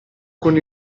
con